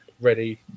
ready